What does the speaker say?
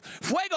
Fuego